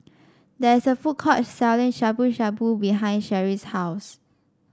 there is a food court selling Shabu Shabu behind Cherrie's house